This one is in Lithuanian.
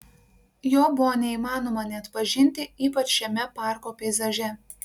jo buvo neįmanoma neatpažinti ypač šiame parko peizaže